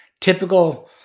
typical